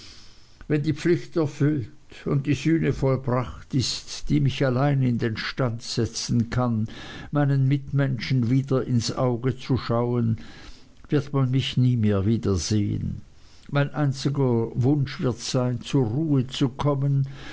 wenn die pflicht erfüllt und die sühne vollbracht ist die mich allein in den stand setzen kann meinen mitmenschen wieder ins antlitz zu schauen wird man mich nie mehr wiedersehen mein einziger wunsch wird sein zur ruhe zu kommen